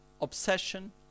obsession